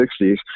1960s